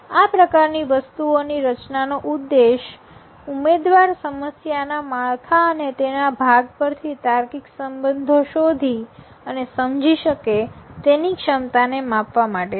આ પ્રકારની વસ્તુઓ ની રચના નો ઉદ્દેશ્ય ઉમેદવાર સમસ્યા ના માળખા અને તેના ભાગ પરથી તાર્કિક સંબંધો શોધી અને સમજી શકે તેની ક્ષમતા ને માપવા માટે છે